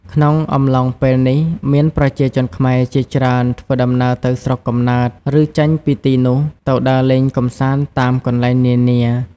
ក្នុងអំឡុងពេលនេះមានប្រជាជនខ្មែរជាច្រើនធ្វើដំណើរទៅស្រុកកំណើត ឬ ចេញពីទីនោះទៅដើរលេងកម្សាន្តតាមកន្លែងនានា។